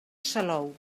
salou